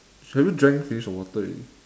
have you drank finish the water already